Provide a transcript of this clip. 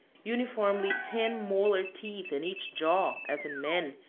uniformly ten molar teeth in each jaw, as in man,